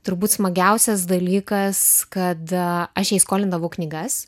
turbūt smagiausias dalykas kad aš jai skolindavo knygas